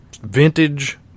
vintage